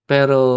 Pero